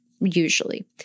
usually